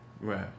Right